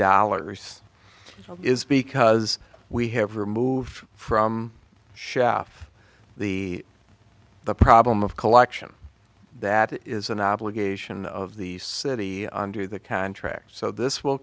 dollars is because we have removed from shaft the the problem of collection that is an obligation of the city under the contract so this will